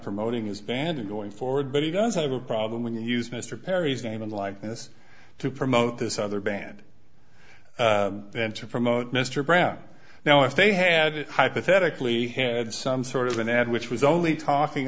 promoting his band going forward but he does have a problem when you use mr perry's name and likeness to promote this other band and to promote mr brown now if they had hypothetically had some sort of an ad which was only talking